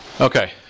Okay